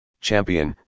champion